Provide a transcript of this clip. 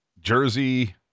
Jersey